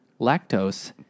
lactose